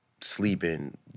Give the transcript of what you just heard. sleeping